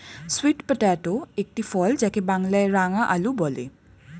sweet potato একটি ফল যাকে বাংলায় রাঙালু বলে